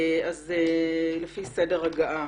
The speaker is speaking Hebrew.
על פי סדר ההגעה